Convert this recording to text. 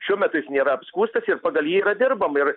šiuo metu jis nėra apskųstas ir pagal jį yra dirbama ir